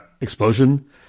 explosion